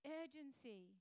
urgency